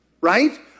right